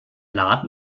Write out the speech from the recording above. laden